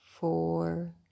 four